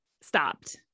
stopped